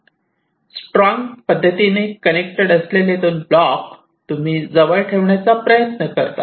strong पद्धतीने connected असलेले दोन ब्लॉक तुम्ही जवळ ठेवण्याचा प्रयत्न करतात